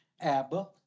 Abba